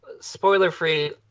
spoiler-free